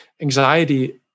anxiety